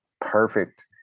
perfect